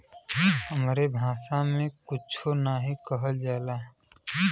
हमरे भासा मे कुच्छो नाहीं कहल जाला